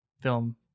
film